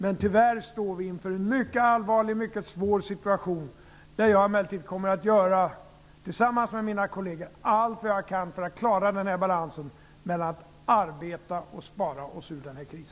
Men tyvärr står vi inför en mycket allvarlig och svår situation där jag emellertid, tillsammans med mina kolleger, kommer att göra allt för att klara balansen mellan att arbeta och spara oss ur denna kris.